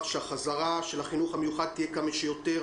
שהחזרה של החינוך המיוחד תהיה כמה שיותר